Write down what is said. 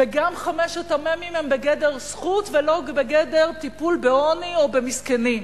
וגם חמשת המ"מים הם בגדר זכות ולא בגדר טיפול בעוני או במסכנים.